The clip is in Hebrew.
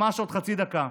ממש עוד חצי דקה,